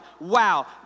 wow